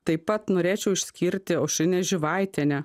taip pat norėčiau išskirti aušrinę živaitienę